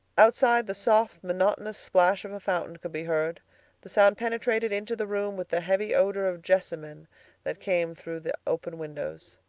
outside the soft, monotonous splash of a fountain could be heard the sound penetrated into the room with the heavy odor of jessamine that came through the open windows.